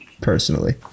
personally